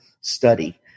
study